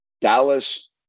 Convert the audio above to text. Dallas